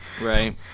Right